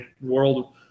world